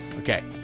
Okay